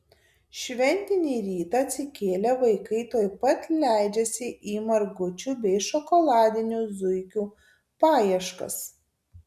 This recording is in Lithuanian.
šventinį rytą atsikėlę vaikai tuoj pat leidžiasi į margučių bei šokoladinių zuikių paieškas